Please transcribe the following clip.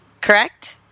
Correct